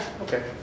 okay